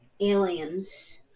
aliens